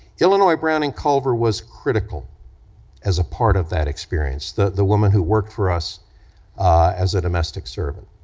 illinois browning culver was critical as a part of that experience, the the woman who worked for us as a domestic servant.